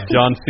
John